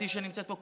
לאתי שנמצאת פה,